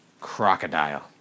crocodile